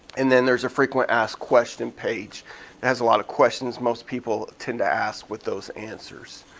and then there's a frequent asked question page. it has a lot of questions most people tend to ask with those answers.